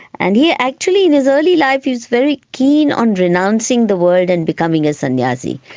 and yeah actually in his early life he was very keen on renouncing the world and becoming a sanyasi.